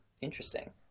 interesting